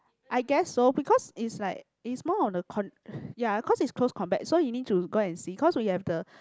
I guess so because it's like it's more on the con~ ya cause is close combat so he need to go and see cause we have the